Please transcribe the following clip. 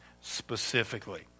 specifically